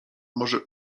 może